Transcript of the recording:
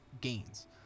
gains